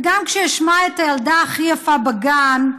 וגם כשאשמע את "הילדה הכי יפה בגן",